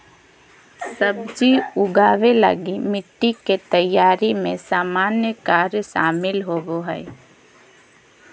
सब्जी उगाबे लगी मिटटी के तैयारी में सामान्य कार्य शामिल होबो हइ